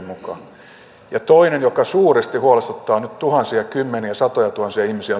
mukaan toinen joka suuresti huolestuttaa nyt tuhansia kymmeniä satojatuhansia ihmisiä